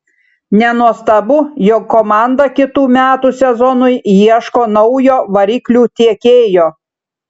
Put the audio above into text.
nenuostabu jog komanda kitų metų sezonui ieško naujo variklių tiekėjo